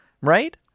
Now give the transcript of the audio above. right